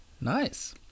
Nice